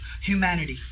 Humanity